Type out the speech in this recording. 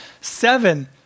seven